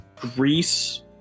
Greece